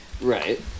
right